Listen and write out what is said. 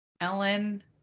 Ellen